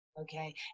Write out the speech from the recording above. Okay